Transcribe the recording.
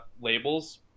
labels